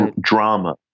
drama